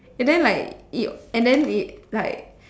and then like it and then it like